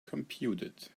computed